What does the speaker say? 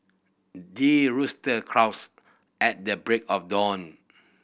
the rooster crows at the break of dawn